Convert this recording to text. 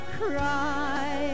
cry